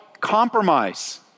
compromise